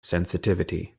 sensitivity